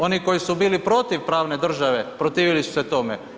Oni koji su bili protiv pravne države, protivili su se tome.